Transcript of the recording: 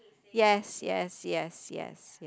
yes yes yes yes